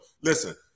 Listen